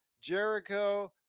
Jericho